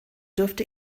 dürfte